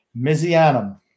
Mizianum